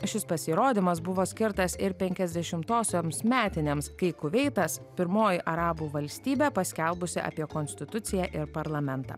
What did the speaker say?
šis pasirodymas buvo skirtas ir penkiasdešimtosioms metinėms kai kuveitas pirmoji arabų valstybė paskelbusi apie konstituciją ir parlamentą